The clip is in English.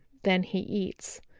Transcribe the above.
than he eats.